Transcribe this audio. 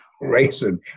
racing